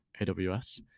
AWS